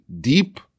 deep